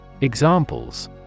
Examples